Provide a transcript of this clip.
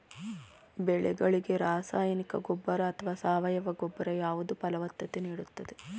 ಬೆಳೆಗಳಿಗೆ ರಾಸಾಯನಿಕ ಗೊಬ್ಬರ ಅಥವಾ ಸಾವಯವ ಗೊಬ್ಬರ ಯಾವುದು ಫಲವತ್ತತೆ ನೀಡುತ್ತದೆ?